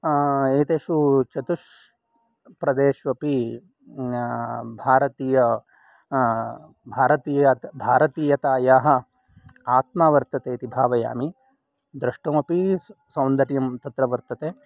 एतेषु चतुष्प्रदेष्वपि भारतीय भारतीयतायाः आत्मा वर्तते इति भावयामि द्रष्टुम् अपि सौन्दर्यं तत्र वर्तते